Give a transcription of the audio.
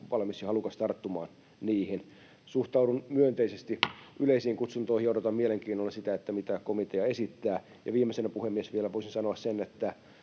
valmis ja halukas tarttumaan niihin. Suhtaudun myönteisesti yleisiin kutsuntoihin ja odotan mielenkiinnolla, mitä komitea esittää. Viimeisenä, puhemies, vielä voisin sanoa sen —